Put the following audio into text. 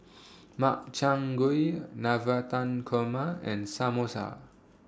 Makchang Gui Navratan Korma and Samosa